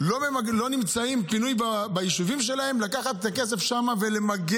לא נמצאים ביישובים שלהם, לקחת את הכסף שם ולמגן.